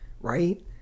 right